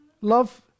Love